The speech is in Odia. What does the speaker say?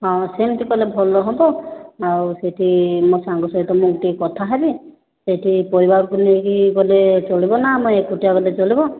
ହଁ ସେମିତି କଲେ ଭଲ ହେବ ଆଉ ସେଇଠି ମୋ ସାଙ୍ଗ ସହିତ ମୁଁ ଟିକିଏ କଥା ହେବି ସେଇଠି ପରିବାରକୁ ନେଇକି ଗଲେ ଚଳିବ ନା ଆମେ ଏକୁଟିଆ ଗଲେ ଚଳିବ